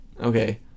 Okay